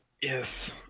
Yes